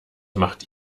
macht